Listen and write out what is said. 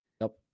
Nope